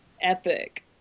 epic